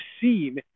seen